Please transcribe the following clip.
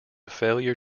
failure